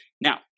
Now